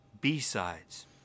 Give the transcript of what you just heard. B-Sides